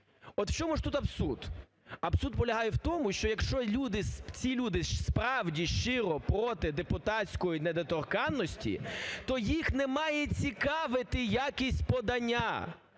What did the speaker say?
От в чому ж тут абсурд? Абсурд полягає в тому, що якщо ці люди справді щиро проти депутатської недоторканності, то їх не має цікавити якість подання,